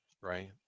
right